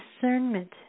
discernment